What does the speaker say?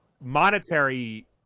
monetary